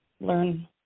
learn